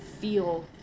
feel